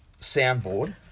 soundboard